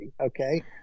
okay